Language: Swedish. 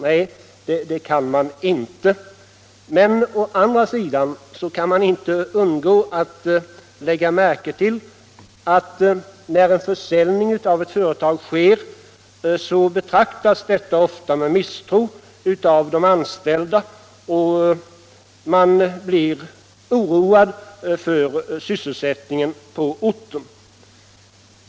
Nej, det kan man inte. Men å andra sidan kan vi heller inte undgå att lägga märke till att när en försäljning av ett företag sker, så betraktas detta ofta med misstro av de anställda och man blir oroad för sysselsättningen på orten.